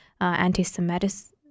anti-Semitism